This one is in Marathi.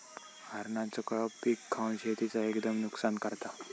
हरणांचो कळप पीक खावन शेतीचा एकदम नुकसान करता